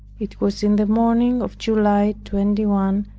it was in the morning of july twenty one,